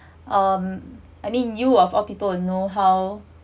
um I mean you of all people will know how